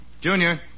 Junior